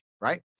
right